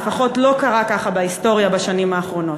לפחות לא קרה ככה בהיסטוריה בשנים האחרונות,